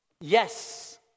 yes